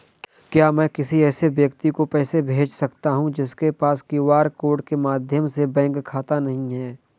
क्या मैं किसी ऐसे व्यक्ति को पैसे भेज सकता हूँ जिसके पास क्यू.आर कोड के माध्यम से बैंक खाता नहीं है?